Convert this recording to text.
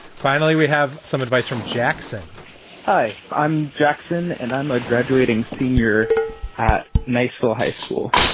finally, we have some advice from jackson hi, i'm jackson and i'm a graduating senior at niceville high school.